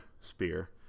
spear